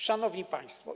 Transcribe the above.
Szanowni Państwo!